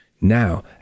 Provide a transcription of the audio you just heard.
Now